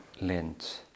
Lent